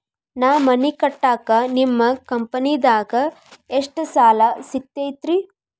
ನಾ ಮನಿ ಕಟ್ಟಾಕ ನಿಮ್ಮ ಕಂಪನಿದಾಗ ಎಷ್ಟ ಸಾಲ ಸಿಗತೈತ್ರಿ?